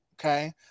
Okay